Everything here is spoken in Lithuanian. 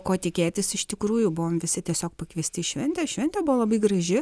ko tikėtis iš tikrųjų buvom visi tiesiog pakviesti į šventę šventė buvo labai graži